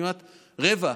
כמעט רבע,